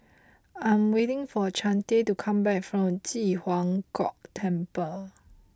I am waiting for Chante to come back from Ji Huang Kok Temple